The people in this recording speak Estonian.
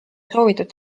soovitud